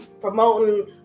promoting